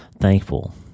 thankful